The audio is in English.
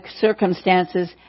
circumstances